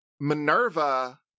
Minerva